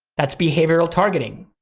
that's behavioral targeting.